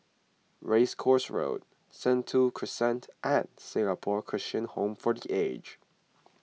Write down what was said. Race Course Road Sentul Crescent and Singapore Christian Home for the Aged